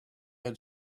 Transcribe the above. had